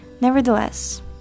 Nevertheless